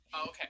Okay